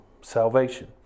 salvation